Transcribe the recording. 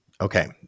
Okay